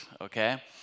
okay